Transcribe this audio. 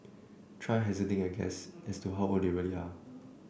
try hazarding a guess as to how old they really are